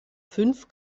fünf